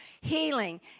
healing